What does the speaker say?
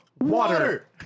water